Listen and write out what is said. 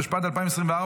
התשפ"ד 2024,